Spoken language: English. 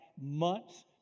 months